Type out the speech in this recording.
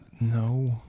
No